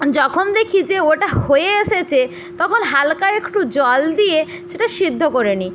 যখন দেখি যে ওটা হয়ে এসেছে তখন হালকা একটু জল দিয়ে সেটা সেদ্ধ করে নিই